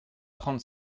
trente